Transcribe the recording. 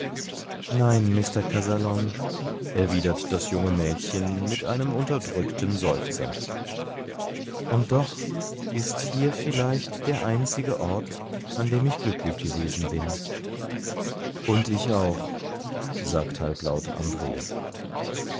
nein mr kazallon erwidert das junge mädchen mit einem unterdrückten seufzer und doch ist hier vielleicht der einzige ort an dem ich glücklich gewesen bin und ich auch sagt halblaut andr